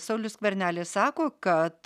saulius skvernelis sako kad